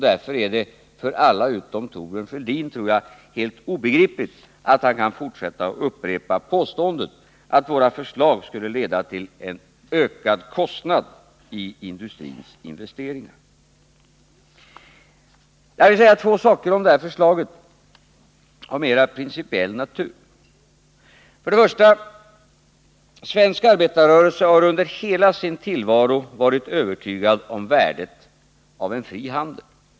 Det är därför helt obegripligt att Thorbjörn Fälldin kan fortsätta och upprepa påståendet att våra förslag skulle leda till en ökad kostnad i industrins investeringar. Jag vill säga två saker av mera principiell natur om det här förslaget. 1. Svensk arbetarrörelse har under hela sin tillvaro varit övertygad om värdet av en fri handel.